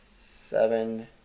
seven